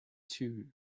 too